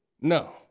No